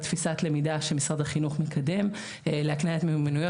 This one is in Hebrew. תפיסת למידה שמשרד החינוך מקדם להקניית מיומנויות.